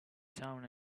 town